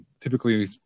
typically